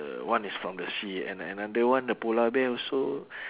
the one is from the sea and an~ another one the polar bear also